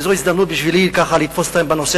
וזאת הזדמנות בשבילי ככה לתפוס בנושא